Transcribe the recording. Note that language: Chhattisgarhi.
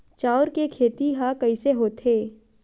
चांउर के खेती ह कइसे होथे?